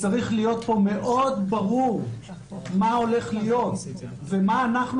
צריך להיות כאן מאוד ברור מה הולך להיות ומה אנחנו